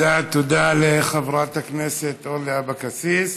תודה רבה לחברת הכנסת אורלי לוי אבקסיס.